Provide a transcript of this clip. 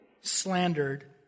slandered